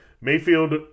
Mayfield